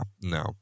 no